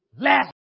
Last